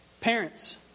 parents